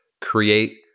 create